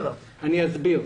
אני אסביר.